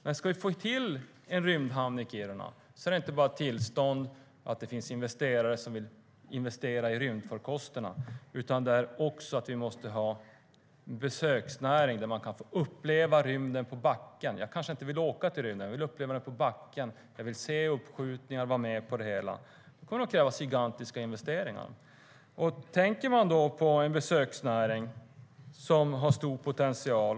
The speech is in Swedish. Men om vi ska få till en rymdhamn i Kiruna krävs det inte bara tillstånd och att det finns investerare som vill investera i rymdfarkosterna. Vi måste också ha en besöksnäring där man kan få uppleva rymden. Jag kanske inte vill åka till rymden utan uppleva den på backen. Jag vill se uppskjutningar och vara med på det hela. Det kommer att krävas gigantiska investeringar. Man har en besöksnäring som har stor potential.